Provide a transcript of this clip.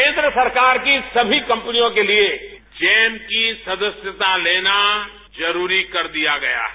केंद्र सरकार की सभी कम्पनियों के लिये जैम की सदस्यता लेना जरूरी कर दिया गया है